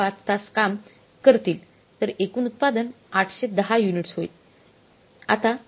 5 तास काम करतील तर एकूण उत्पादन 810 युनिट्स होईल